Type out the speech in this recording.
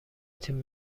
تیم